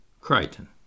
Crichton